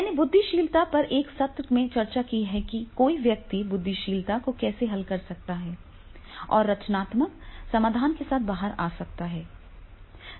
मैंने बुद्धिशीलता पर एक सत्र में चर्चा की है कि कोई व्यक्ति बुद्धिशीलता को कैसे हल कर सकता है और रचनात्मक समाधान के साथ बाहर आ सकता है